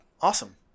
Awesome